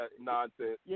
nonsense